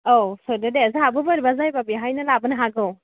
औ होदो दे जोंहाबो बोरैबा जायोब्ला बेहायनो लाबोनो हागौ